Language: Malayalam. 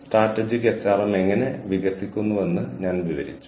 സ്ട്രാറ്റജിക് മാനേജ്മെന്റ് വികസിച്ചുകൊണ്ടിരിക്കുന്ന ഒരു വിജ്ഞാനശാഖയാണ്